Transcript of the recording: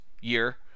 year